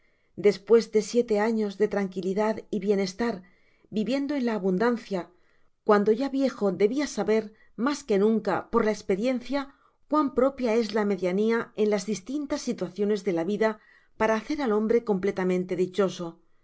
despues de siete años de tranquilidad y bienestar viviendo en la abundancia cuando ya viejo debia saber más que nunca por la esperiencia cuán propia es la mediania en la distintas situaciones de la vida para hacer al ho ubre completamente dichoso